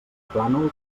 plànol